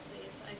Please